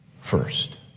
First